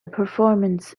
performance